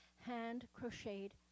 hand-crocheted